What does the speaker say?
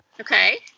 Okay